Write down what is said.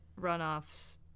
runoffs